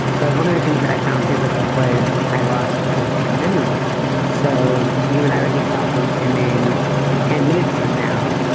but one of the things that i found difficult was, i lost short-term memory so you and i would be talking and then ten minutes from now,